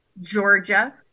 Georgia